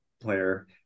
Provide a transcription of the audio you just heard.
player